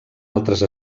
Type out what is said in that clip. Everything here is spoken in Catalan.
altres